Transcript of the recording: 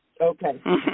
Okay